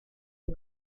est